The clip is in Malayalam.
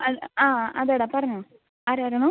അല്ല ആ അതെ ഡാ പറഞ്ഞോ ആരായിരുന്നു